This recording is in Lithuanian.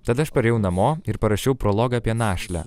tada aš parėjau namo ir parašiau prologą apie našlę